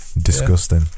Disgusting